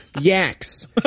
yaks